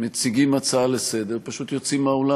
מציגים הצעה לסדר-היום ופשוט יוצאים מהאולם.